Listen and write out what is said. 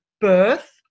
birth